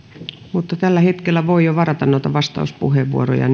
mutta tällä hetkellä voi jo varata noita vastauspuheenvuoroja